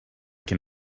can